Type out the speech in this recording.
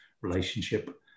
relationship